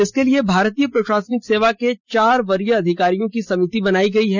इसके लिए भारतीय प्रशासनिक सेवा के चार वरीय अधिकारियों की समिति बनाई गई है